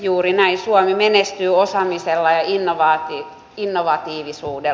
juuri näin suomi menestyy osaamisella ja innovatiivisuudella